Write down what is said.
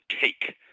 take